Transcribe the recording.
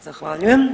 Zahvaljujem.